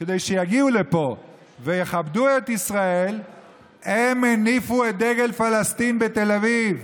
כדי שיגיעו לפה ויכבדו את ישראל הניפו את דגל פלסטין בתל אביב.